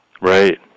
Right